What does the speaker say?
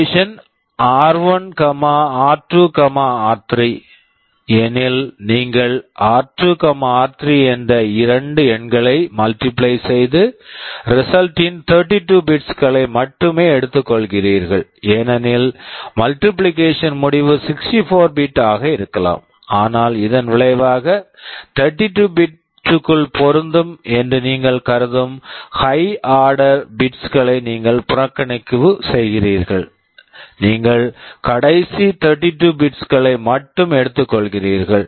MUL ஆர்1 ஆர்2 ஆர்3 எனில் நீங்கள் r2 r3 என்ற இரண்டு எண்களைப் மல்டிப்ளை multiply செய்து ரிசல்ட் result ன் 32 பிட்ஸ் bits களை மட்டுமே எடுத்துக் கொள்கிறீர்கள் ஏனெனில் மல்டிப்ளிகேஷன் multiplication முடிவு 64 பிட் bit ஆக இருக்கலாம் ஆனால் இதன் விளைவாக 32 பிட் bit களுக்குள் பொருந்தும் என்று நீங்கள் கருதும் high order high order bit bit களை நீங்கள் புறக்கணிப்பு செய்கிறீர்கள் நீங்கள் கடைசி 32 பிட் bit -களை மட்டும் எடுத்துக்கொள்கிறீர்கள்